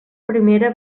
primera